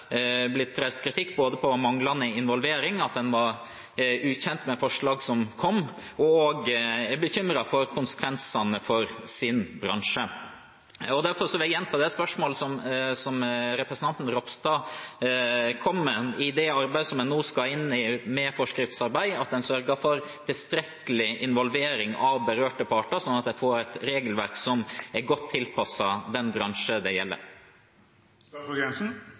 er bekymret for konsekvensene for sin bransje. Derfor vil jeg gjenta det spørsmålet som representanten Ropstad kom med. Når det gjelder det forskriftsarbeidet som vi nå skal i gang med, må man sørge for tilstrekkelig involvering av berørte parter, sånn at vi får et regelverk som er godt tilpasset den bransjen det